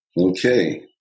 Okay